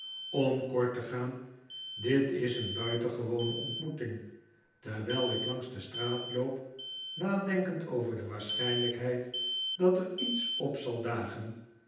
om kort te gaan dit is een buitengewone ontmoeting terwijl ik langs de straat loop nadenkend over de waarschijnlijkheid dat er iets op zal dagen